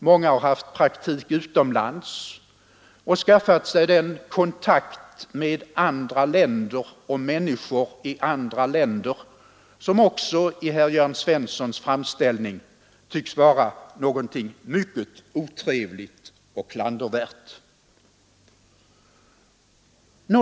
Många har praktiserat utomlands och skaffat sig sådan kontakt med andra länder och människor i andra länder som enligt herr Jörn Svenssons framställning tycks vara något mycket otrevligt och klandervärt.